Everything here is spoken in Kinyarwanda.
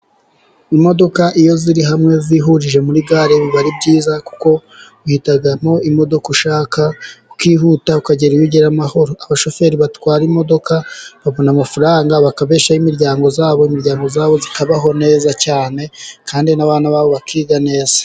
Imodoka iyo ziri hamwe zihurije muri gare biba ari byiza kuko uhitamo imodoka ushaka ukihuta ukagera iyo ugera amahoro. Abashoferi batwara imodoka babona amafaranga bakabeshaho imiryango yabo, imiryango yabo ikabaho neza cyane kandi n'abana babo bakiga neza.